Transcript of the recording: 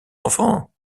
enfant